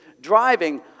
driving